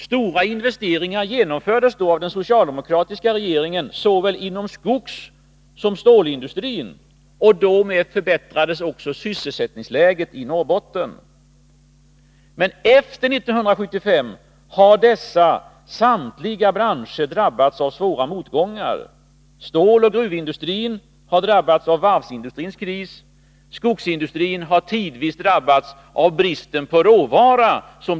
Stora investeringar gjordes då av den socialdemo kratiska regeringen inom såväl skogssom stålindustrin, och därmed Nr 143 förbättrades också sysselsättningsläget i Norrbotten. Men efter 1975 har samtliga dessa branscher drabbats av svåra motgångar. Ståloch gruvindustrin har drabbats av varvsindustrins kris, och skogsindustrin har tidvis hemsökts av bristen på råvara.